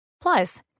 Plus